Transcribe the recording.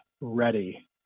ready